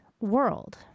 world